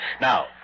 Now